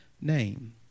name